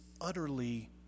utterly